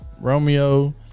Romeo